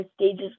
stages